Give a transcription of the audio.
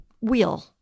wheel